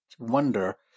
wonder